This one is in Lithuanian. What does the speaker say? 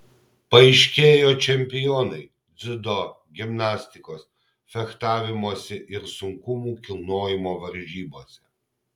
paaiškėjo čempionai dziudo gimnastikos fechtavimosi ir sunkumų kilnojimo varžybose